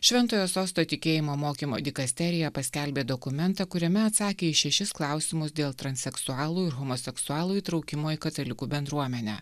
šventojo sosto tikėjimo mokymo dikasterija paskelbė dokumentą kuriame atsakė į šešis klausimus dėl transseksualų ir homoseksualų įtraukimo į katalikų bendruomenę